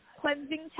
cleansing